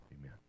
Amen